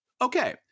Okay